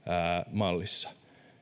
mallissa